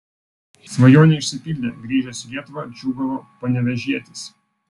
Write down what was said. svajonė išsipildė grįžęs į lietuvą džiūgavo panevėžietis